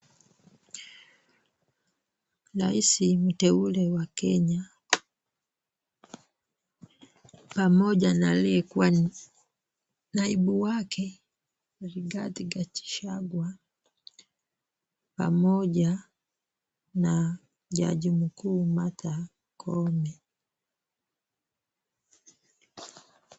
Rais mteule wa Kenya, pamoja na aliyekuwa naibu wake Rigathi Gachagua pamoja na jaji mkuu Martha Koome.